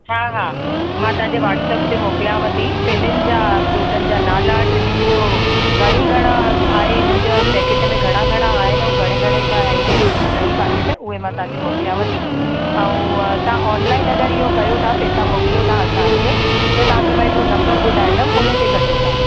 हा हा मां तव्हांजे वॉट्सअप ते मोकिलियांव थी टिनिनि जा फ्रूटनि जा नाला टिनिनि जो घणी घणा आहे हिननि जो पैकिट में घणा घणा आहिनि ऐं घणे घणे जा आहिनि इहे टई पाकेट उहे मां तव्हांखे मोकिलियाव थी ऐं तव्हां ऑनलाइन अगरि इहो कयो था पेसा मोकिलिय था असांखे त तव्हांखे मां हिकिड़ो नंबर ॿुधाईंदमि उन ते कजो तव्हां